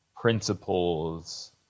principles